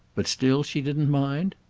but still she didn't mind?